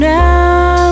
now